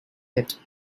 yet